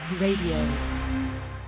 Radio